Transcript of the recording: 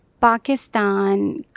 Pakistan